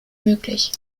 möglich